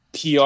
pr